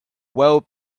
well